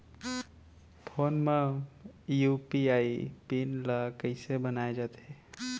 Phone म UPI pin ल कइसे बनाये जाथे?